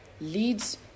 leads